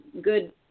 good